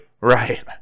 right